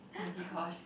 Deekosh